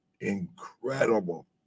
incredible